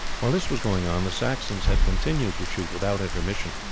while this was going on the saxons had continued to shoot without intermission,